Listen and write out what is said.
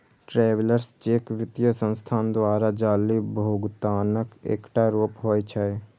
travellers cheque वित्तीय संस्थान द्वारा जारी भुगतानक एकटा रूप होइ छै